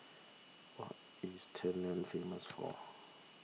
what is Tallinn famous for